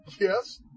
Yes